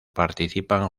participan